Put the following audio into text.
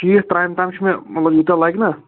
شیٖتھ ترٛامہِ تام چھِو مطلب یوٗتاہ لگہِ نا